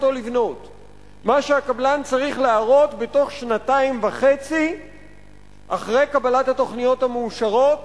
מה שהקבלן צריך להראות בתוך שנתיים וחצי אחרי קבלת התוכניות המאושרות